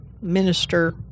minister